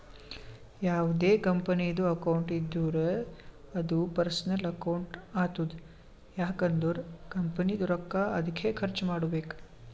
ಯಾವ್ದೇ ಕಂಪನಿದು ಅಕೌಂಟ್ ಇದ್ದೂರ ಅದೂ ಪರ್ಸನಲ್ ಅಕೌಂಟ್ ಆತುದ್ ಯಾಕ್ ಅಂದುರ್ ಕಂಪನಿದು ರೊಕ್ಕಾ ಅದ್ಕೆ ಖರ್ಚ ಮಾಡ್ಬೇಕು